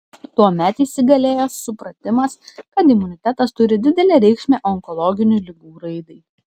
tuomet įsigalėjo supratimas kad imunitetas turi didelę reikšmę onkologinių ligų raidai